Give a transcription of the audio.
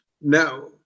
Now